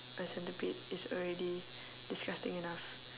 a centipede is already disgusting enough